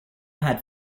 had